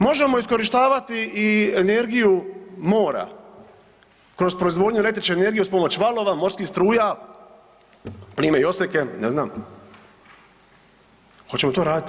Možemo iskorištavati i energiju mora kroz proizvodnju električne energije uz pomoć valova, morskih struja, plime i oseke, ne znam, hoćemo to raditi?